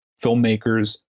filmmakers